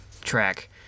track